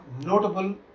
notable